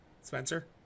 Spencer